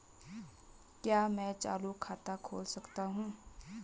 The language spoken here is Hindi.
क्या मैं चालू खाता खोल सकता हूँ?